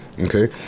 Okay